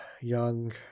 young